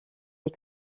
les